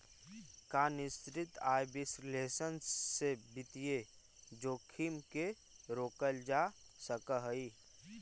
का निश्चित आय विश्लेषण से वित्तीय जोखिम के रोकल जा सकऽ हइ?